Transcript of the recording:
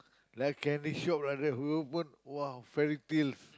like candy shop like that he open !wah! fairy tales